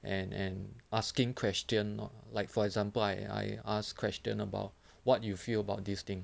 and and asking question not like for example I I ask question about what you feel about this thing